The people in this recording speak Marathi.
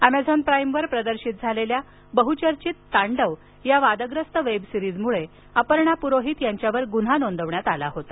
अमेझॉन प्राईमवर प्रदर्शित झालेल्या बहुचर्चित तांडव या वादग्रस्त वेब सीरीजमुळे अपर्णा पुरोहित यांच्यावर गुन्हा नोंदवण्यात आला होता